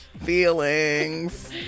Feelings